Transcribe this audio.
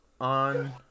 on